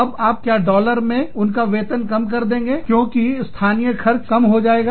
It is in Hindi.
अब आप क्या डॉलर में उनका वेतन कम कर देंगे क्योंकि स्थानीय खर्च कम हो जाएगा